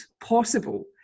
possible